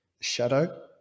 shadow